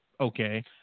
okay